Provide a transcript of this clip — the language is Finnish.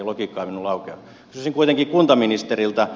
kysyisin kuitenkin kuntaministeriltä